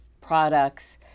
products